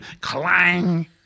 Clang